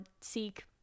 seek